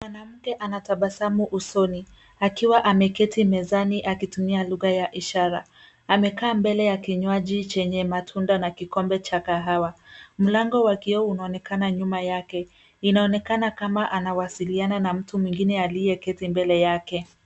Mwanamke anatabasamu usoni akiwa ameketi mezani akitumia lugha ya ishara , amekaa mbele ya kinywaji chenye matunda na kikombe cha kahawa . Mlango wa kioo unaonekana nyuma yake , inaonekana kama anawasiliana na mtu mwingine aliyeketi mbele yake.